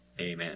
Amen